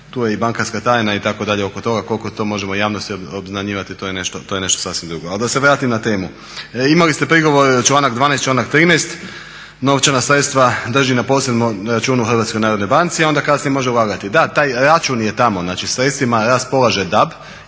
tu je i bankarska tajna itd. oko toga koliko to možemo javnosti obznanjivati to je nešto sasvim drugo. Ali da se vratim na temu. Imali ste prigovor na članak 12.i članak 13.novčana sredstva drži na posebnom čuvanju u Hrvatskoj narodnoj banci a onda kasnije može ulagati. Da taj račun je tamo, znači sredstvima raspolaže DAB